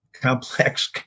complex